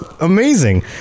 amazing